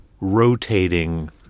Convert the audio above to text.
rotating